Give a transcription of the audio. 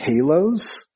halos